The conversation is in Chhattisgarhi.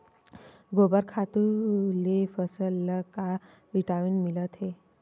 गोबर खातु ले फसल ल का विटामिन मिलथे का?